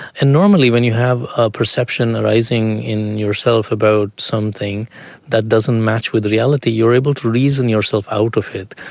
and normally when you have a perception arising in yourself about something that doesn't match with reality, you are able to reason yourself out of it,